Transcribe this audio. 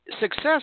success